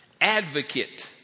advocate